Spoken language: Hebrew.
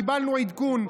קיבלנו עדכון,